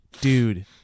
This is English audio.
dude